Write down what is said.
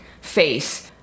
face